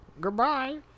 Goodbye